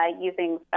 using